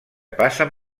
passen